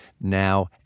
now